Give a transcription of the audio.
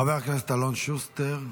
חבר הכנסת אלון שוסטר,